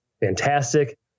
fantastic